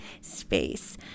space